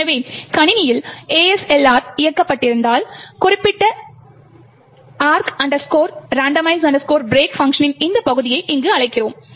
எனவே கணினியில் ASLR இயக்கப்பட்டிருந்தால் குறிப்பிட்ட arch randomize break பங்க்ஷனின் இந்த பகுதியை இங்கு அழைக்கிறோம்